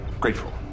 grateful